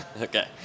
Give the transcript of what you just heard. okay